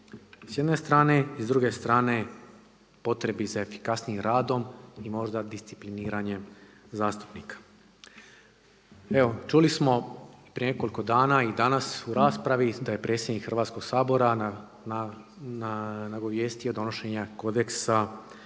s jedne strane i s druge strane potrebi za efikasnijim radom i možda discipliniranjem zastupnika. Evo čuli smo prije nekoliko dana i danas u raspravi da je predsjednik Hrvatskog sabora nagovijestio donošenje kodeksa